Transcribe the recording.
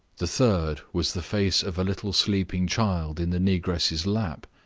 the third was the face of a little sleeping child in the negress's lap.